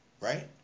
right